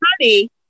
honey